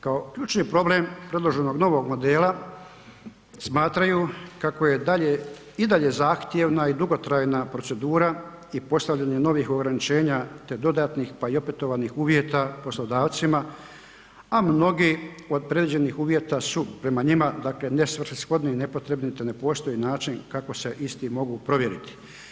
Kao ključni problem predloženog novog modela smatraju kako je dalje, i dalje zahtjevna i dugotrajna procedura i postavljanje novih ograničenja, te dodatnih, pa i opetovanih uvjeta poslodavcima, a mnogi od predviđenih uvjeta su prema njima, dakle nesvrsishodni i nepotrebni, te ne postoji način kako se isti mogu provjeriti.